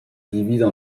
divisent